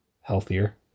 Healthier